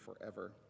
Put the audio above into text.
forever